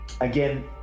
again